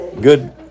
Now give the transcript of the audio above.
good